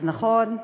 אז נכון,